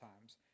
times